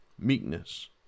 meekness